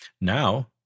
Now